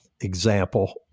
example